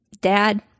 Dad